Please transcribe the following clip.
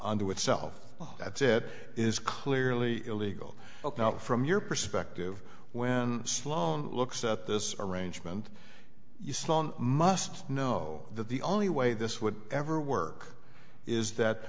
with self that's it is clearly illegal from your perspective when sloan looks at this arrangement you sloan must know that the only way this would ever work is that